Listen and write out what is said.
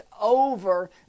over